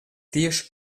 tieši